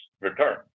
return